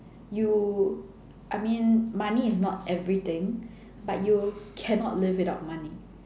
you I mean money is not everything but you cannot live without money